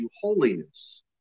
holiness